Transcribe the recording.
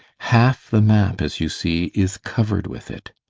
half the map, as you see, is covered with it.